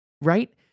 right